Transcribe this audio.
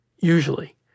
Usually